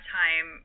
time